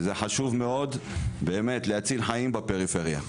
וזה חשוב מאוד באמת להציל חיים בפריפריה.